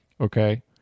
okay